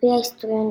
על-פי ההיסטוריון